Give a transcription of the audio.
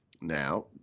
Now